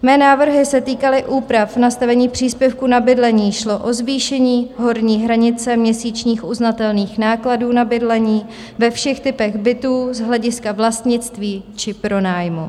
Mé návrhy se týkaly úprav nastavení příspěvku na bydlení šlo o zvýšení horní hranice měsíčních uznatelných nákladů na bydlení ve všech typech bytů z hlediska vlastnictví či pronájmu.